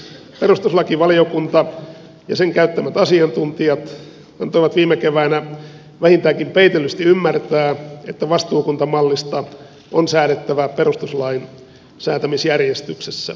perustuslakivaliokunta ja sen käyttämät asiantuntijat antoivat viime keväänä vähintäänkin peitellysti ymmärtää että vastuukuntamallista on säädettävä perustuslain säätämisjärjestyksessä